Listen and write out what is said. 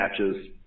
matches